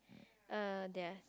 err there are